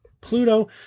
Pluto